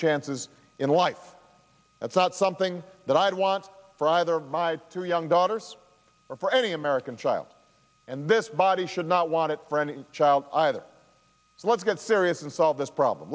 chances in life that's not something that i'd want for either of my two young daughters or for any american child and this body should not want it for any child either so let's get serious and solve this problem